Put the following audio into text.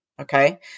Okay